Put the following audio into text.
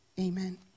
amen